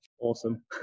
Awesome